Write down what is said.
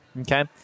Okay